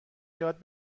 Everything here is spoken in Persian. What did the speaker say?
یاد